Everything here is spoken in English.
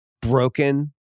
broken